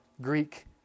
Greek